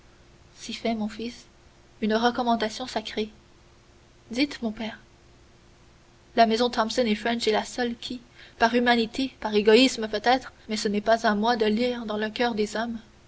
si fait mon fils une recommandation sacrée dites mon père la maison thomson et french est la seule qui par humanité par égoïsme peut-être mais ce n'est pas à moi à lire dans le coeur des hommes